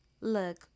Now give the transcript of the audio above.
look